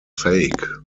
fake